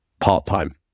part-time